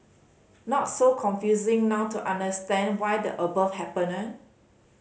not so confusing now to understand why the above happened eh